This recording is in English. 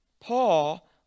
Paul